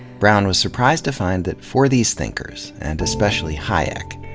brown was surprised to find that for these thinkers, and especially hayek,